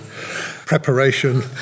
preparation